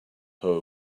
her